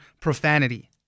profanity